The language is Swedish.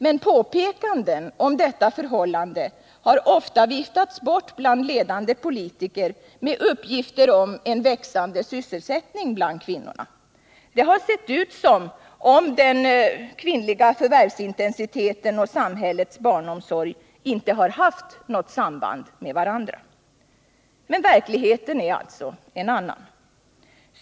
Men påpekanden om detta förhållande har ofta bland ledande politiker viftats bort med uppgifter om en växande sysselsättning bland kvinnorna. Det har sett ut som om den kvinnliga förvärvsintensiteten och samhällets barnomsorg inte haft något samband med varandra. Verkligheten är alltså en helt annan.